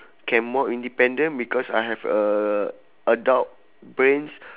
can more independent because I have a adult brains